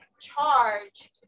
charge